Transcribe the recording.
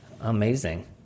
Amazing